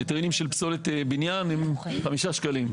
היטלים של פסולת בניין הם חמישה שקלים.